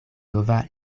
nova